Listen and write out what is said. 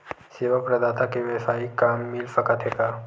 सेवा प्रदाता के वेवसायिक काम मिल सकत हे का?